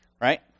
right